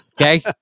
Okay